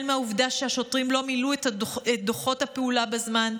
החל מהעובדה שהשוטרים לא מילאו את דוחות הפעולה בזמן,